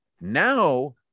now